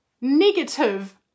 negative